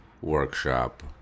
workshop